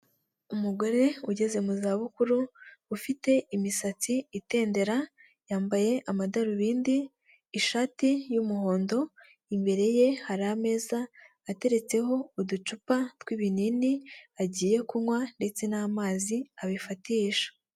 Umugore ugeze mu za bukuru ufite imisatsi itendera yambaye amadarubindi, ishati y'umuhondo, imbere ye hari ameza ateretseho uducupa tw'ibinini agiye kunywa ndetse n'amazi abifatisha.